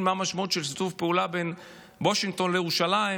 מה המשמעות של שיתוף פעולה בין וושינגטון לירושלים,